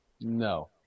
No